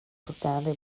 profoundly